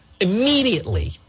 immediately